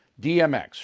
DMX